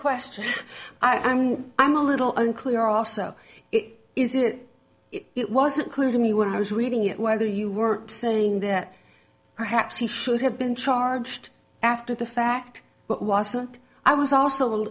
question i mean i'm a little unclear also it is it it wasn't clear to me what i was reading it whether you were saying that perhaps he should have been charged after the fact but wasn't i was also